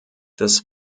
des